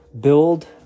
build